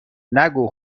نگو